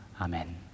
Amen